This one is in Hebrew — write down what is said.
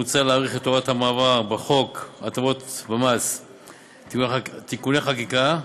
מוצע להאריך את הוראות המעבר בחוק הטבות במס (תיקוני חקיקה),